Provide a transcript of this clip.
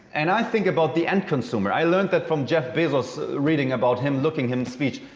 and i think about the end consumer. i learned that from jeff bezos reading about him, looking him speak.